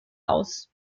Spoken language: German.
aus